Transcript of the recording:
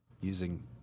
using